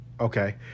Okay